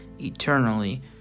eternally